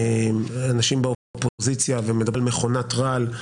אנשים באופוזיציה, ומדברים על מכונת רעל.